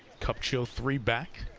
kupcho three back.